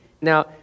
now